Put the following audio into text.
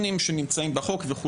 קריטריונים שנמצאים בחוק.